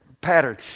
pattern